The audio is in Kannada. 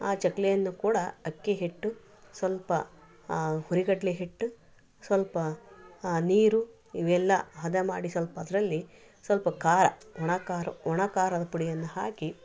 ಆ ಚಕ್ಲಿಯನ್ನು ಕೂಡ ಅಕ್ಕಿ ಹಿಟ್ಟು ಸ್ವಲ್ಪ ಹುರಿಗಡಲೆ ಹಿಟ್ಟು ಸ್ವಲ್ಪ ನೀರು ಇವೆಲ್ಲ ಹದ ಮಾಡಿ ಸ್ವಲ್ಪ ಅದರಲ್ಲಿ ಖಾರ ಒಣ ಖಾರ ಒಣ ಖಾರದ ಪುಡಿಯನ್ನು ಹಾಕಿ